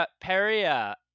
peria